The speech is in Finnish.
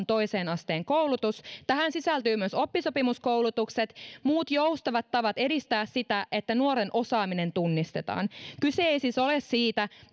toisen asteen koulutus tähän sisältyvät myös oppisopimuskoulutukset ja muut joustavat tavat edistää sitä että nuoren osaaminen tunnistetaan kyse ei siis ole siitä